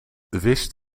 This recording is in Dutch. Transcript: wist